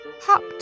hopped